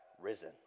risen